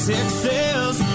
Texas